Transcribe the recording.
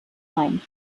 main